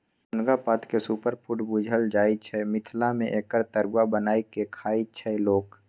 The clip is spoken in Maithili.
मुनगा पातकेँ सुपरफुड बुझल जाइ छै मिथिला मे एकर तरुआ बना कए खाइ छै लोक